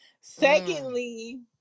Secondly